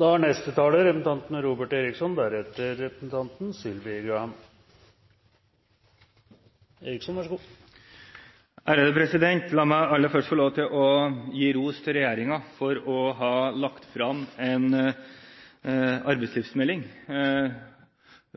La meg aller først få lov til å gi ros til regjeringen for å ha lagt frem en arbeidslivsmelding,